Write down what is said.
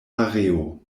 areo